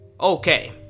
Okay